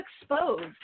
exposed